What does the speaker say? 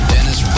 Dennis